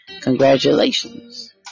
Congratulations